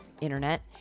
internet